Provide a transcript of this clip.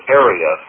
area